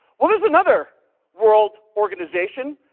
well, there's another world organization,